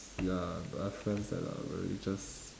ya I have friends that are very just